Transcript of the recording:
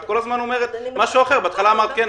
את כל הזמן אומרת משהו אחר בהתחלה אמרת כן,